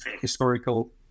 historical